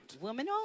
Woman